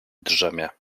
drzemie